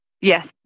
Yes